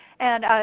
and